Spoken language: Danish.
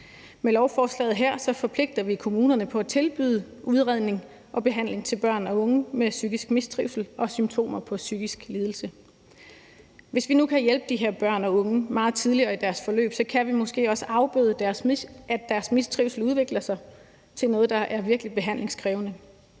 Med lovforslaget her forpligter vi kommunerne på at tilbyde udredning og behandling til børn og unge med psykisk mistrivsel og symptomer på psykisk lidelse. Hvis vi nu kan hjælpe de her børn og unge meget tidligere i deres forløb, kan vi måske også afbøde, at deres mistrivsel udvikler sig til noget, der er virkelig behandlingskrævende.